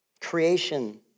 Creation